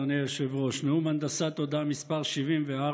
אדוני היושב-ראש, נאום הנדסת תודעה מס' 74,